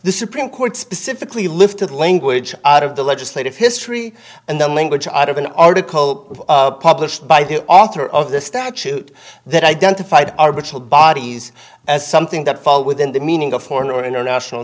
the supreme court specifically lifted language out of the legislative history and the language out of an article published by the author of the statute that identified our brittle bodies as something that fall within the meaning of foreign or international